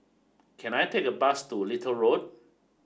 can I take a bus to Little Road